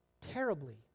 terribly